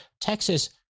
Texas